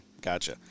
gotcha